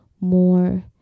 more